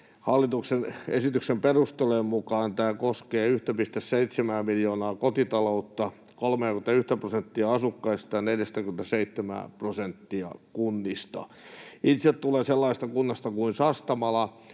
Hallituksen esityksen perustelujen mukaan tämä koskee 1,7:ää miljoonaa kotitaloutta, 31:tä prosenttia asukkaista ja 47:ää prosenttia kunnista. Itse tulen sellaisesta kunnasta kuin Sastamala,